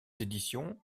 éditions